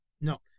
No